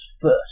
first